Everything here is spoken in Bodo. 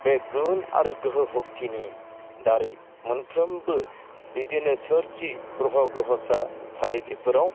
बे गुन आरो गोहो सक्तिनि दारै मोनफ्रोमबो बिदिनो सोरजि ग्रह' ग्रह'सा थारै बेफोराव